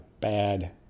bad